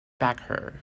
becker